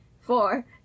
Four